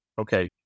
okay